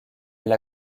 elle